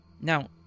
Now